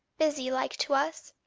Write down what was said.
busy like to us?